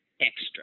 extra